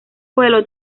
pueblo